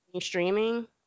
streaming